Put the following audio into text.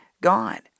God